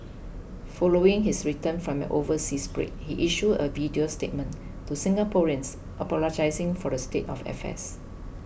following his return from an overseas break he issued a video statement to Singaporeans apologising for the state of affairs